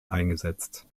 eingesetzt